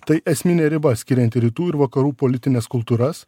tai esminė riba skirianti rytų ir vakarų politines kultūras